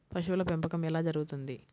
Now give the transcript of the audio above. పశువుల పెంపకం ఎలా జరుగుతుంది?